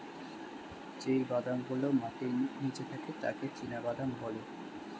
যেই বাদাম গুলো মাটির নিচে পাকে তাকে চীনাবাদাম বলে